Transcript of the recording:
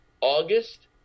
August